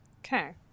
Okay